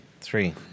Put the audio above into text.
Three